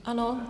Ano.